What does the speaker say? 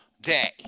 day